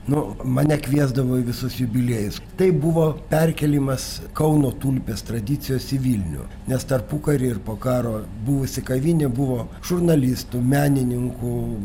nu mane kviesdavo į visus jubiliejus tai buvo perkėlimas kauno tulpės tradicijos į vilnių nes tarpukary ir po karo buvusi kavinė buvo žurnalistų menininkų